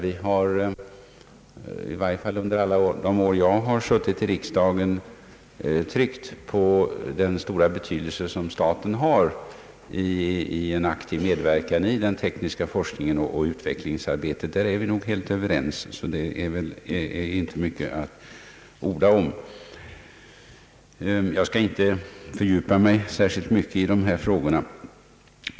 Vi har i varje fall under alla de år som jag suttit i riksdagen tryckt på den stora betydelse som staten har genom en aktiv medverkan i den tekniska forskningen och utvecklingsarbetet. Där är vi nog helt överens, och det är därför inte mycket att orda om. Jag skall inte fördjupa mig särskilt mycket i dessa frågor.